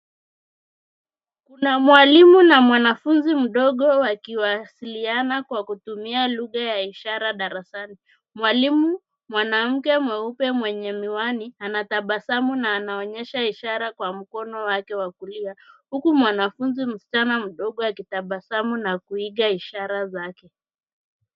Kuna mwalimu na mwanafunzi mdogo wakiwasiliana kwa kutumia lugha ya ishara darasani. Mwalimu, mwanamke mweupe mwenye miwani anatabasamu na anaonyesha ishara kwa mkono wake wa kulia huku mwanafunzi msichana mdogo akitabasamu na kuiga ishara zake.